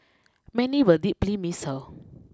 many will deeply miss her